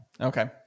Okay